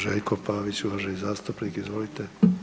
Željko Pavić uvaženi zastupnik, izvolite.